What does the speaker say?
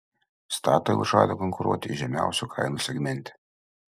statoil žada konkuruoti žemiausių kainų segmente